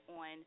on